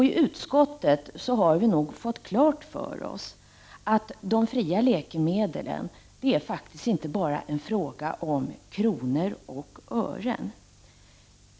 I utskottet har vi fått klart för oss att de fria läkemedlen faktiskt inte bara är en fråga om kronor och ören.